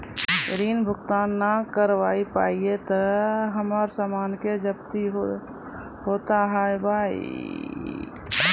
ऋण भुगतान ना करऽ पहिए तह हमर समान के जब्ती होता हाव हई का?